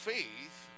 Faith